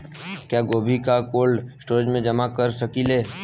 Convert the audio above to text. क्या गोभी को कोल्ड स्टोरेज में जमा कर सकिले?